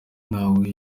ntawe